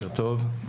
בוקר טוב.